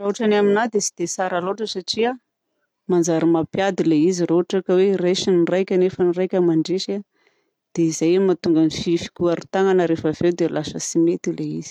Raha ohatra ny aminahy dia tsy dia tsara loatra satria manjary mampiady ilay izy. Raha ohatra ka hoe resy ny iraika nefa ny iraika mandresy dia izay no mahatonga ny fikorontana refaveo. Dia lasa tsy mety ilay izy.